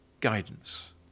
guidance